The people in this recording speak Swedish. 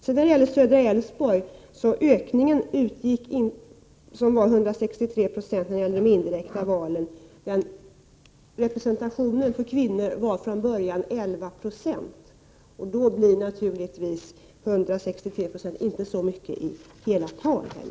När det gäller södra Älvsborg, som hade en ökning med 163 96 i de indirekta valen, var representationen för kvinnor 11 96. Då blir 163 94 naturligtvis inte så mycket i hela tal.